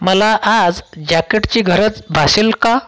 मला आज जॅकेटची गरज भासेल का